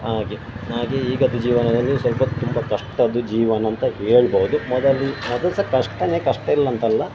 ಹಾಗೆ ಹಾಗೆ ಈಗಿಂದು ಜೀವನದಲ್ಲಿ ಸ್ವಲ್ಪ ತುಂಬ ಕಷ್ಟದ್ದು ಜೀವನ ಅಂತ ಹೇಳ್ಬೌದು ಮೊದಲು ಅದು ಸಹ ಕಷ್ಟವೇ ಕಷ್ಟಯಿಲ್ಲ ಅಂತಲ್ಲ